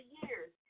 years